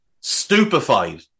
stupefied